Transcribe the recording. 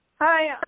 Hi